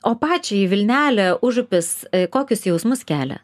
o pačiai į vilnelė užupis kokius jausmus kelia